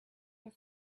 your